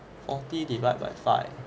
forty divide by five